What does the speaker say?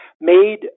made